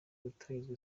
gutangizwa